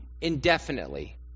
indefinitely